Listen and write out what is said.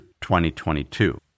2022